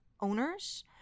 owners